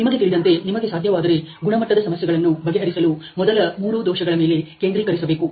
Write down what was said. ನಿಮಗೆ ತಿಳಿದಂತೆ ನಿಮಗೆ ಸಾಧ್ಯವಾದರೆ ಗುಣಮಟ್ಟದ ಸಮಸ್ಯೆಗಳನ್ನು ಬಗೆಹರಿಸಲು ಮೊದಲ ಮೂರು ದೋಷಗಳ ಮೇಲೆ ಕೇಂದ್ರೀಕರಿಸಬೇಕು